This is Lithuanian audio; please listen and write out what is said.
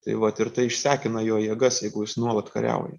tai vat ir ta išsekina jo jėgas jeigu jis nuolat kariauja